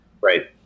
right